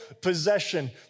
possession